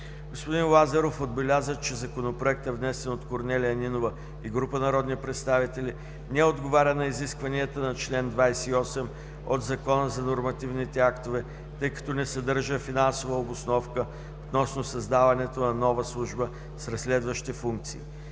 Господин Лазаров отбеляза, че Законопроектът, внесен от Корнелия Нинова и група народни представители, не отговаря на изискванията на чл. 28 от Закона за нормативните актове, тъй като не съдържа финансова обосновка относно създаването на нова служба с разследващи функции.